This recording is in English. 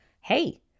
hey